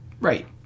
right